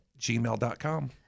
gmail.com